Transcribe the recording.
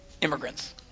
Immigrants